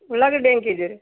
ಉಳ್ಳಾಗಡ್ಡೆ ಹೆಂಗ್ K G ರೀ